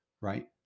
right